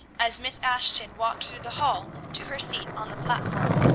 as miss ashton walked through the hall to her seat on the platform.